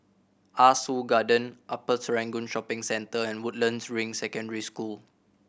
Ah Soo Garden Upper Serangoon Shopping Centre and Woodlands Ring Secondary School